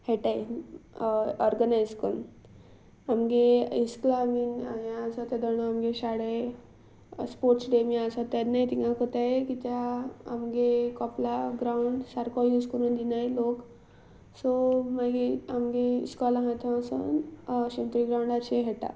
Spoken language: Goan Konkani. खेळटा ऑर्गनायज करून आमच्या इस्कुला बीन हें आसा तेन्ना आमचो शाळे स्पोर्ट्स डे बी आसा तेन्नाय थंयच करता कित्याक आमच्या कपेला ग्रावंड सारको यूज करून दिनात लोक सो मागीर आमचें इस्कॉल आसा थंय सावन शिमतरी ग्राावंडाचे खेळटात